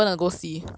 how you know how